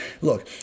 Look